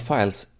Files